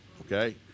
okay